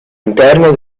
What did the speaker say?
interna